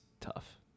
tough